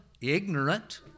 ignorant